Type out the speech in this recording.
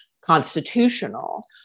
constitutional